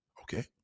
okay